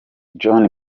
john